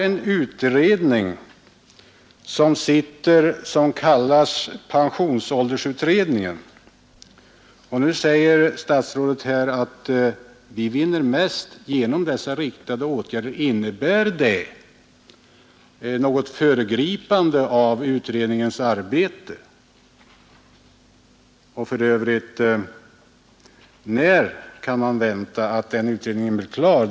En utredning som kallas pensionsåldersutredningen pågår. Nu säger statsrådet att vi vinner mest genom dessa riktade åtgärder. Innebär det ett föregripande av utredningens arbete? Och för övrigt, när kan man vänta att den utredningen blir klar?